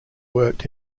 worked